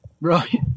right